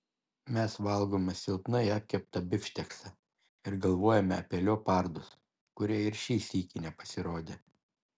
mes valgome silpnai apkeptą bifšteksą ir galvojame apie leopardus kurie ir šį sykį nepasirodė